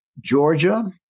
Georgia